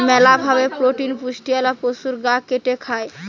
মেলা ভাবে প্রোটিন পুষ্টিওয়ালা পশুর গা কেটে খায়